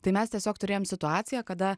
tai mes tiesiog turėjom situaciją kada